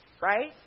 Right